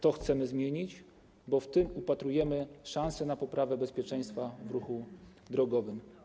To chcemy zmienić, bo w tym upatrujemy szansy na poprawę bezpieczeństwa w ruchu drogowym.